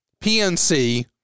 PNC